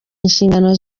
inshingano